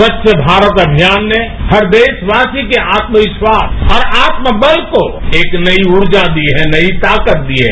स्वच्छ भारत अभियान ने हर देशवासी के आत्मविश्वास और आत्मबल को एक नई रजा दी है नई ताकत दी है